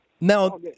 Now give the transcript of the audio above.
Now